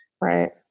right